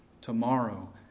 tomorrow